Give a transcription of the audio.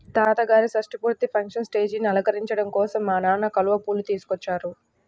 తాతగారి షష్టి పూర్తి ఫంక్షన్ స్టేజీని అలంకరించడం కోసం మా నాన్న కలువ పూలు తీసుకొచ్చారు